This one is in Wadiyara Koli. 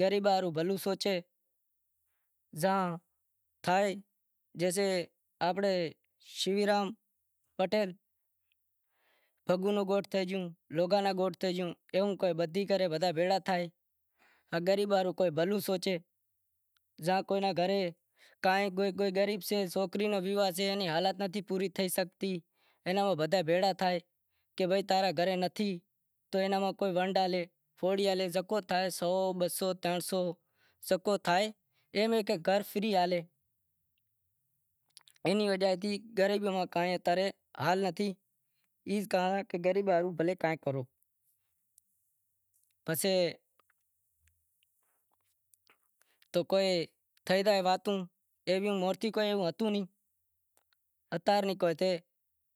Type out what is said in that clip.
غریباں ہاروں بھلو سوچے زاں تھائے جیسیں آنپڑے شورام پٹیل ایووں بدہی کرے بدہا بھیڑا تھائیں غریباں ہاروں کوئی بھلو سوچے زاں کوئی غریب سے کوئی سوکری رو ویواہ سے ایئاں حالتاں تھی پوری تھے شگتی اینا علاوہ بدہا بھیڑا تھے کہ بھائی تاں رے پوری نیں تھائے شگتی تو پھوڑی ہالے جیکو تھائے شگے سو بہ سو ترن سو جکو تھائے اینی وجہ تھئ کہ ای کہاں کہ غریباں ہاروں بھلو کو کام کرو پسے تو کوئی تھے زائے واتوں، اتا رے ناں کوئی تھے